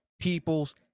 people's